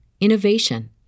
innovation